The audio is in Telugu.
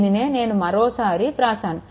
దీనినే నేను మరో సారి వ్రాసాను